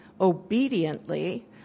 obediently